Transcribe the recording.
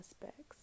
aspects